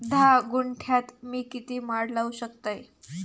धा गुंठयात मी किती माड लावू शकतय?